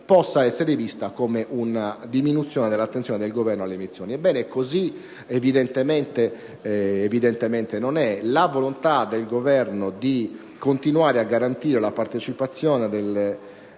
possa essere vista come una diminuzione dell'attenzione del Governo alle missioni. Ebbene, evidentemente non è così. La volontà del Governo di continuare a garantire la partecipazione